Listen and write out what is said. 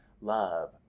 love